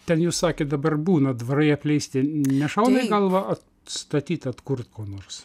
ten jūs sakėt dabar būna dvarai apleisti nešauna į galvą statyt atkurt ko nors